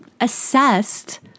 assessed